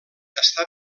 està